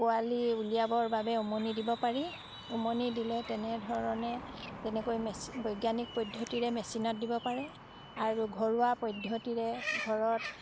পোৱালি উলিয়াবৰ বাবে উমনি দিব পাৰি উমনি দিলে তেনেধৰণে যেনেকৈ মেচিন বৈজ্ঞানিক পদ্ধতিৰে মেচিনত দিব পাৰে আৰু ঘৰুৱা পদ্ধতিৰে ঘৰত